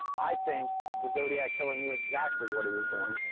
i think the zodiac killer knew exactly what he was doing.